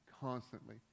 constantly